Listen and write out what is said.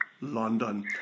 London